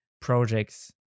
projects